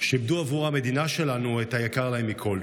שאיבדו עבור המדינה שלנו את היקר להם מכול,